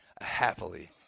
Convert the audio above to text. happily